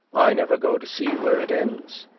i never go to see where it ends.